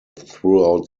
throughout